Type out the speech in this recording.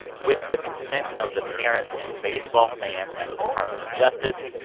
with the consent of the parents and baseball fans at the department of justice,